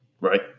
right